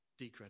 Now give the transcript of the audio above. decredit